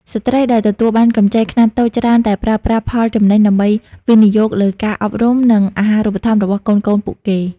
ស្ត្រីដែលទទួលបានកម្ចីខ្នាតតូចច្រើនតែប្រើប្រាស់ផលចំណេញដើម្បីវិនិយោគលើការអប់រំ និងអាហារូបត្ថម្ភរបស់កូនៗពួកគេ។